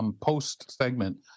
Post-segment